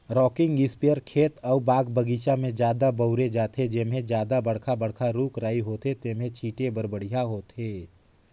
rocking sprayer खेत अउ बाग बगीचा में जादा बउरे जाथे, जेम्हे जादा बड़खा बड़खा रूख राई होथे तेम्हे छीटे बर बड़िहा होथे